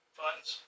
funds